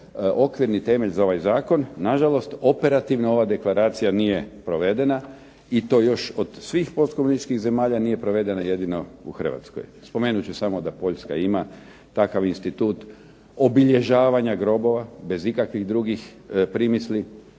okvirni temelj za ovaj zakon, na žalost operativno ova deklaracija nije provedena i to još od svih postkomunističkih zemalja nije provedena jedino u Hrvatskoj. Spomenut ću samo da Poljska ima takav institut obilježavanja grobova bez ikakvih drugih primisli,